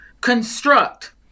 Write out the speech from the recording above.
construct